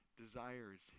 desires